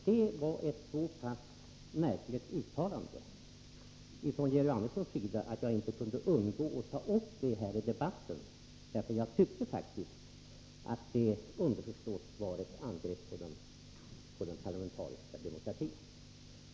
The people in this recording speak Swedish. Det var ett så pass märkligt uttalande av Georg Andersson, att jag inte kunde undgå att ta upp det här i debatten. Jag tyckte faktiskt att yttrandet underförstått var ett angrepp på den parlamentariska demokratin.